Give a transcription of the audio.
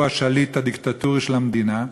שהוא השליט הדיקטטורי של המדינה,